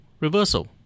reversal